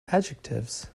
adjectives